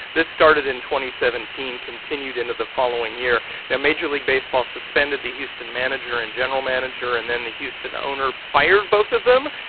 this started in seventeen, continued into the following year now, major league baseball suspended the houston manager and general manager, and then the houston owner fired both of them.